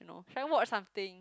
you know should I watch something